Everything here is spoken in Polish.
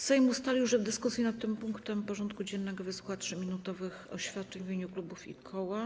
Sejm ustalił, że w dyskusji nad tym punktem porządku dziennego wysłucha 3-minutowych oświadczeń w imieniu klubów i koła.